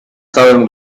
całym